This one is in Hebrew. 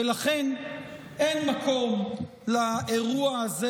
ולכן אין מקום לאירוע הזה,